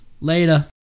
Later